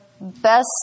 best